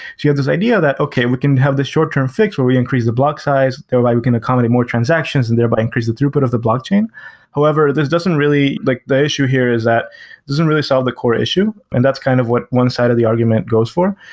have this idea that, okay. we can have the short-term, where we increase the block size. thereby we can accommodate more transactions, and thereby increase the throughput of the blockchain. however, this doesn't really like the issue here is that doesn't really solve the core issue, and that's kind of what one side of the argument goes for,